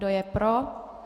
Kdo je pro?